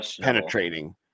Penetrating